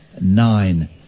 nine